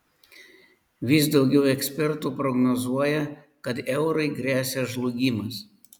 vis daugiau ekspertų prognozuoja kad eurui gresia žlugimas